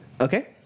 Okay